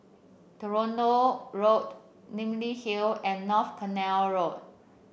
Toronto Road Namly Hill and North Canal Road